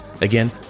Again